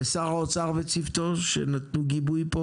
לשר האוצר וצוותו שנתנו גיבוי פה.